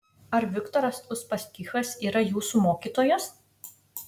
ar viktoras uspaskichas yra jūsų mokytojas